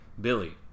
billy